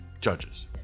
judges